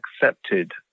accepted